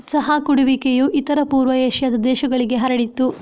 ಚಹಾ ಕುಡಿಯುವಿಕೆಯು ಇತರ ಪೂರ್ವ ಏಷ್ಯಾದ ದೇಶಗಳಿಗೆ ಹರಡಿತು